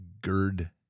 Gerd